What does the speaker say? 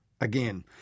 again